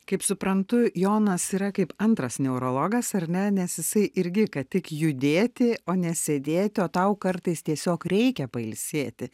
kaip suprantu jonas yra kaip antras neurologas ar ne nes jisai irgi kad tik judėti o ne sėdėti o tau kartais tiesiog reikia pailsėti